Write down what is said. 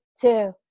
two